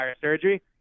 surgery